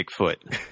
Bigfoot